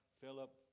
Philip